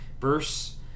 Verse